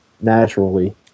naturally